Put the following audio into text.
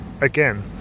again